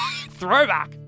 throwback